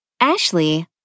Ashley